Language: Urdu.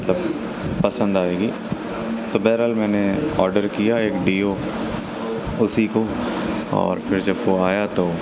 تب پسند آئے گی تو بہرحال میں نے آرڈر کیا ایک ڈیو اسی کو اور پھر جب وہ آیا تو